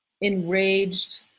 enraged